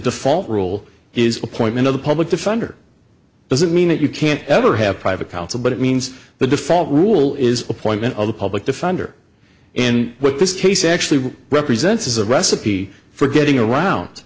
default rule is appointment of a public defender doesn't mean that you can't ever have private counsel but it means the default rule is appointment of a public defender and what this case actually represents is a recipe for getting around